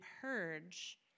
purge